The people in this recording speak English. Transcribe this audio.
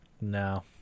no